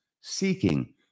seeking